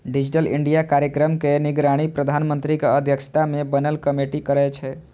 digital India कार्यक्रम के निगरानी प्रधानमंत्रीक अध्यक्षता मे बनल कमेटी करै छै